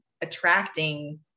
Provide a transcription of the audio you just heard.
attracting